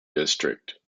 district